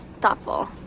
thoughtful